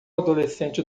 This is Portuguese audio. adolescente